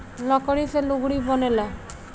लकड़ी से लुगड़ी बनेला